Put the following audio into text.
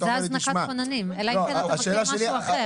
זו הזנקת כוננים, אלא אם כן אתם רוצים משהו אחר.